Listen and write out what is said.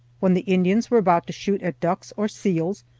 when the indians were about to shoot at ducks or seals,